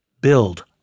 Build